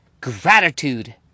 gratitude